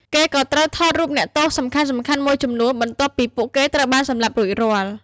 គេក៏ត្រូវថតរូបអ្នកទោសសំខាន់ៗមួយចំនួន បន្ទាប់ពីពួកគេត្រូវបានសម្លាប់រួចរាល់។